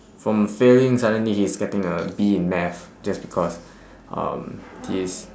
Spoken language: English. from failing suddenly he's getting a B in math just because um he's